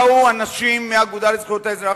באו אנשים מהאגודה לזכויות האזרח,